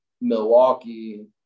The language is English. Milwaukee